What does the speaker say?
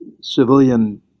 civilian